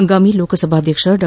ಹಂಗಾಮಿ ಲೋಕಸಭಾಧ್ಯಕ್ಷ ಡಾ